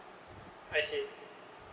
I see